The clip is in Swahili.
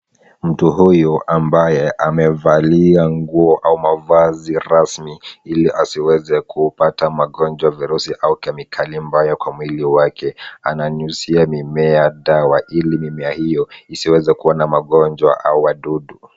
Mtu huyu ambaye amevalia nguo au mavazi rasmi ili asiweze kuupata magonjwa , virusi au kemikali mbaya kwa mwili wake. Ananyunyizia mimea dawa ili mimea hiyo isiweze kuwa na magonjwa au wadudu.